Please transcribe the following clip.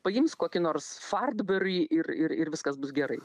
paims kokį nors fartburi ir ir viskas bus gerai